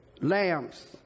lamps